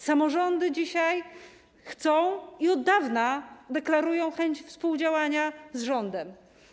Samorządy dzisiaj tego chcą i od dawna deklarują chęć współdziałania z rządem.